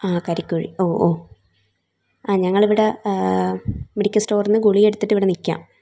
ആ കരിക്കുഴി ഓ ഓ ആ ഞങ്ങൾ ഇവിടെ മെഡിക്കൽ സ്റ്റോറിൽ നിന്ന് ഗുളിക എടുത്തിട്ട് ഇവിടെ നിൽക്കാം